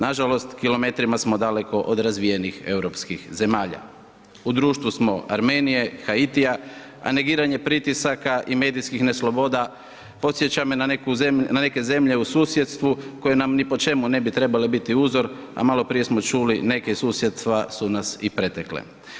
Nažalost, kilometrima smo daleko od razvijenih europskih zemalja, u društvu smo Armenije, Haitija, a negiranje pritisaka i medijskih ne sloboda podsjeća me na neke zemlje u susjedstvu koje nam ni po čemu ne bi trebale biti uzor, a maloprije smo čuli, neka susjedstva su nas i pretekle.